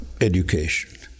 education